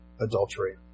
adultery